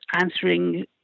answering